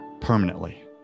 permanently